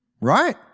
right